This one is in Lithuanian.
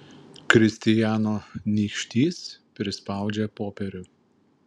kristijano nykštys prispaudžia popierių